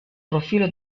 profilo